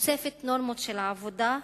חושפת נורמות של עבודה,